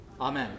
Amen